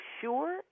sure